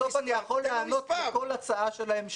בסוף אני יכול לענות לכל הצעה שלהם,